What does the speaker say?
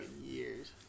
years